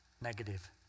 negative